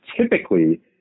typically